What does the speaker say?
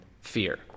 fear